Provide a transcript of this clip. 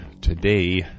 Today